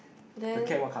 then